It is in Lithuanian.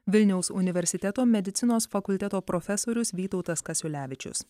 vilniaus universiteto medicinos fakulteto profesorius vytautas kasiulevičius